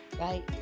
right